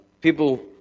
people